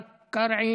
קרן